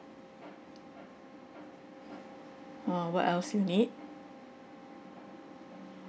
uh what else you need